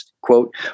quote